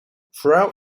throughout